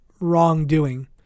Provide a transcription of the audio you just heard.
wrongdoing